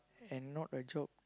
and not a job